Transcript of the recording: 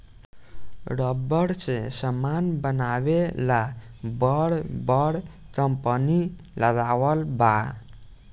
rubber से समान बनावे ला बर बर कंपनी लगावल बा